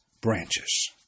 branches